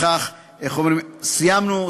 כך סיימנו,